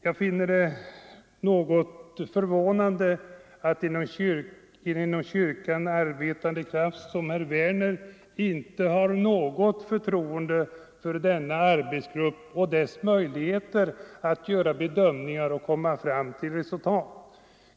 Jag finner det förvånande att en inom kyrkan verksam kraft som herr Werner i Malmö inte har något förtroende för denna arbetsgrupp och dess möjligheter att göra bedömningar och komma fram till resultat.